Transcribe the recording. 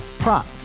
Prop